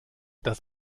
das